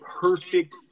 perfect